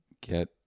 get